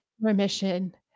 remission